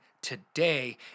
today